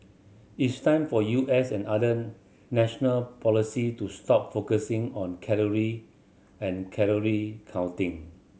it's time for U S and other national policy to stop focusing on calorie and calorie counting